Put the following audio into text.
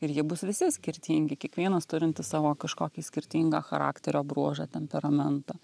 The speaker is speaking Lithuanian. ir jie bus visi skirtingi kiekvienas turintis savo kažkokį skirtingą charakterio bruožą temperamentą